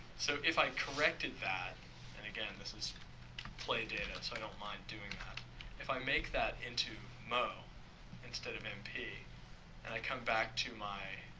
so, if i corrected that and again, this is play data, and so i don't mind doing that if i make that into mo instead of mp and i come back to my